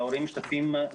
וההורים משתתפים,